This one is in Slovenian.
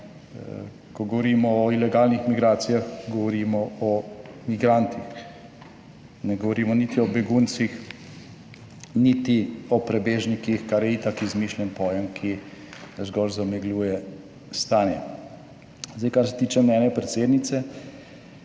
Ko govorimo o ilegalnih migracijah, govorimo o migrantih, ne govorimo niti o beguncih niti o prebežnikih, kar je itak izmišljen pojem, ki zgolj zamegljuje stanje. Zdaj, kar se tiče mnenja predsednice.